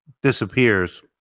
Disappears